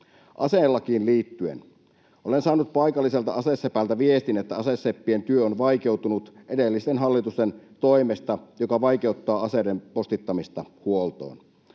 Aselakiin liittyen: Olen saanut paikalliselta asesepältä viestin, että aseseppien työ on vaikeutunut edellisten hallitusten toimesta, mikä vaikeuttaa aseiden postittamista huoltoon.